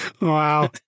Wow